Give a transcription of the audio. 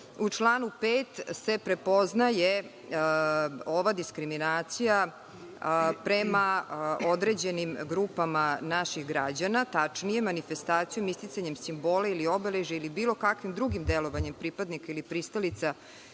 u članu 5. se prepoznaje ova diskriminacija prema određenim grupama naših građana, tačnije manifestacijom, isticanjem simbola ili obeležja ili bilo kakvim drugim delovanjem pripadnika ili pristalica